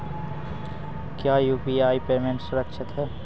क्या UPI payment सुरक्षित है?